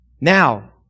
Now